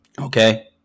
Okay